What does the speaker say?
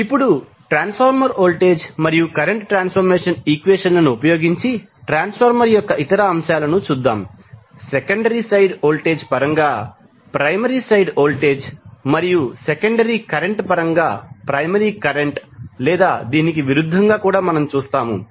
ఇప్పుడు transformer voltage మరియు current transformation ఈక్వెషన్లను ఉపయోగించి ట్రాన్స్ఫార్మర్ యొక్క ఇతర అంశాలను చూద్దాం సెకండరీ సైడ్ వోల్టేజ్ పరంగా ప్రైమరీ సైడ్ వోల్టేజ్ మరియు సెకండరీ కరెంట్ పరంగా ప్రైమరీ కరెంట్ లేదా దీనికి విరుద్ధంగా కూడా మనం చూస్తాము